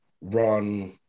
run